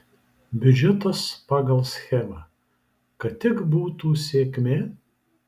biudžetas pagal schemą kad tik būtų sėkmė